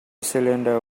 cylinder